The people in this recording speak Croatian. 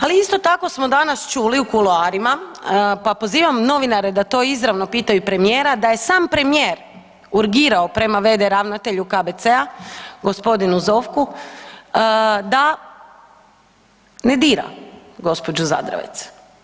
Ali isto tako smo danas čuli u kuloarima, pa pozivam novinare da to izravno pitaju premijera da je sam premijer urgirao prema v.d. ravnatelju KBC-a g. Zovku da ne dira gđu. Zadravec.